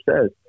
says